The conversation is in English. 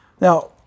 Now